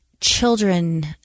children